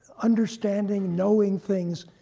understanding, knowing things.